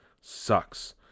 Sucks